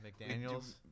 McDaniels